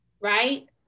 right